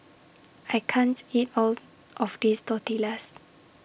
I can't eat All of This Tortillas